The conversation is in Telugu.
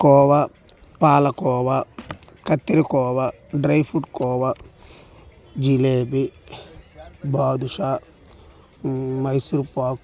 కోవా పాలకోవా కత్తిరికోవా డ్రై ఫ్రూట్ కోవా జిలేబి బాదుషా మైసూర్ పాక్